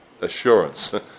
assurance